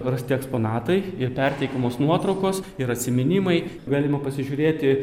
rasti eksponatai ir perteikiamos nuotraukos ir atsiminimai galima pasižiūrėti